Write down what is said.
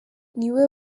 niwe